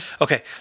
Okay